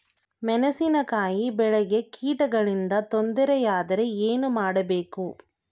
ಮೆಣಸಿನಕಾಯಿ ಬೆಳೆಗೆ ಕೀಟಗಳಿಂದ ತೊಂದರೆ ಯಾದರೆ ಏನು ಮಾಡಬೇಕು?